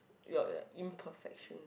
your your imperfection